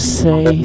say